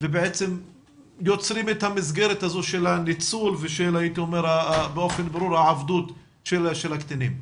ובעצם יוצרים את המסגרת הזו של הניצול ושל העבדות של הקטינים.